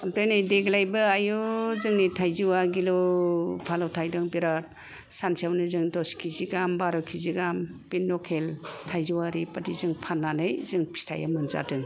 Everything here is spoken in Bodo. ओमफ्राय नै देग्लायबो आयु जोंनि थायजौआ गिलु बालु थायदों बिराथ सानसेआवनो जों दस किजि गाहाम बा र' किजि गाहाम बे लकेल थायजौआ ओरैबायदि फाननानै जों फिथाइ मोनजादों